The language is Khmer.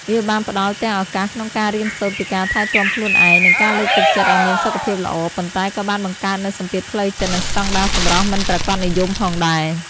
វាបានផ្តល់ទាំងឱកាសក្នុងការរៀនសូត្រពីការថែទាំខ្លួនឯង និងការលើកទឹកចិត្តឲ្យមានសុខភាពល្អ ប៉ុន្តែក៏បានបង្កើតនូវសម្ពាធផ្លូវចិត្ត និងស្តង់ដារសម្រស់មិនប្រាកដនិយមផងដែរ។